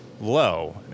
low